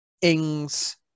Ings